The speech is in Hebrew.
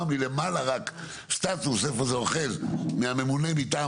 מלמעלה רק סטטוס איפה זה אוחז מהממונה מטעם